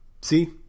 See